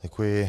Děkuji.